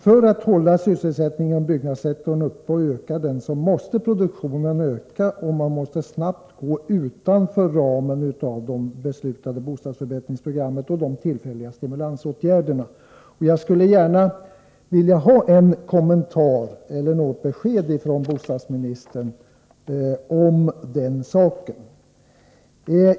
För att hålla sysselsättningen inom byggnadssektorn uppe och öka den, måste man öka produktionen, och man måste snabbt gå utanför ramen för det beslutade bostadsförbättringsprogrammet och de tillfälliga stimulansåtgärderna. Jag skulle gärna vilja ha en kommentar eller något besked från bostadsministern om den saken.